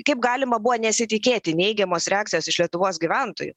kaip galima buvo nesitikėti neigiamos reakcijos iš lietuvos gyventojų